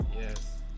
Yes